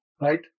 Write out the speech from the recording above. Right